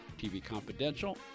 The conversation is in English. tvconfidential